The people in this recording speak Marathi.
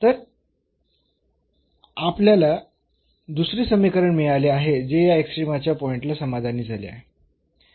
तर आपल्याला दुसरे समीकरण मिळाले आहे जे या एक्स्ट्रीमाच्या पॉईंट ला समाधानी झाले आहे